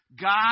God